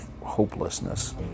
hopelessness